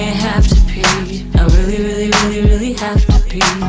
have to pee i really, really really really have to pee.